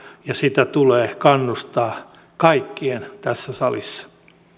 ja sitä tulee kannustaa kaikkien tässä salissa